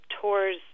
tours